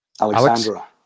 Alexandra